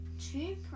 two